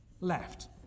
left